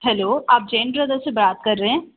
hello आप Jain Brothers से बात कर रहे हैं